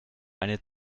eine